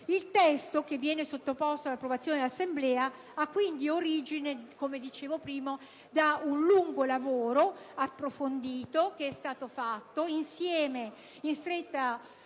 Il testo che viene sottoposto all'approvazione dell'Assemblea ha quindi origine, come dicevo prima, da un lungo e approfondito lavoro svolto in stretta